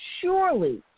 Surely